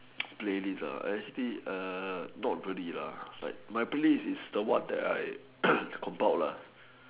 playlist actually not really my playlist is the one that I comb out